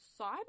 cyber